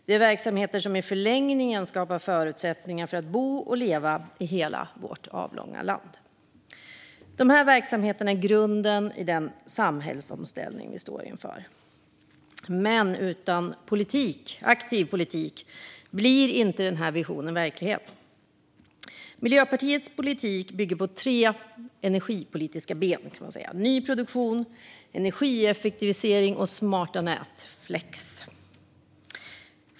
Det är verksamheter som i förlängningen skapar förutsättningar att bo och leva i hela vårt avlånga land. Dessa verksamheter är grunden i den samhällsomställning som vi står inför. Utan aktiv politik kommer dock inte denna vision att bli verklighet. Miljöpartiets politik vilar på tre energipolitiska ben: ny produktion, energieffektivisering och smarta nät - flex.